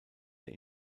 der